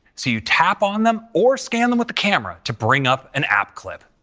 see, you tap on them or scan them with a camera to bring up an app clip,